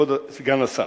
כבוד סגן השר,